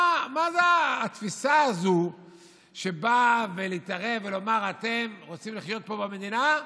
מה זה התפיסה הזאת שבאה להתערב ולומר: אתם רוצים לחיות פה במדינה,